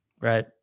right